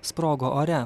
sprogo ore